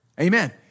Amen